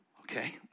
Okay